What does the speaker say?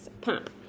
pump